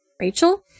Rachel